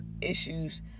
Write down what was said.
issues